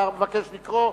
אתה מבקש לקרוא?